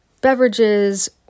beverages